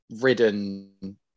ridden